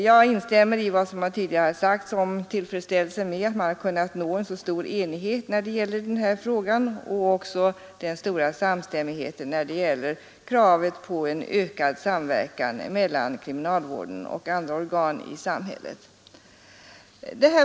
Jag instämmer i vad som tidigare har sagts om det tillfredsställande i att man kunnat nå en så stor enighet i denna fråga och den stora samstämmigheten när det gäller kravet på en ökad samverkan mellan kriminalvården och andra organ i samhället.